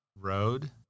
road